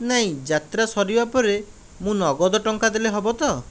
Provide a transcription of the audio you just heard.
ନାହିଁ ଯାତ୍ରା ସରିବା ପରେ ମୁଁ ନଗଦ ଟଙ୍କା ଦେଲେ ହେବ ତ